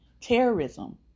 terrorism